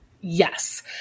yes